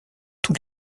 tous